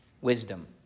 wisdom